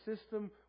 system